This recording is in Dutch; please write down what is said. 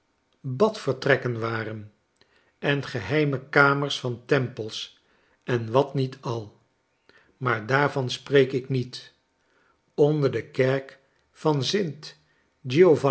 advertrekken waren en geheime kamers van tempels en wat niet al maar daarvan spreek ik niet onder de kerk van